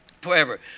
forever